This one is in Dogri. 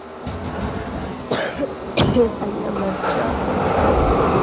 सैल्लियां मर्चां